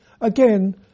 again